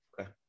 Okay